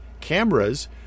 cameras